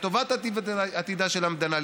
לטובת עתידה של המדינה,